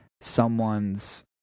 someone's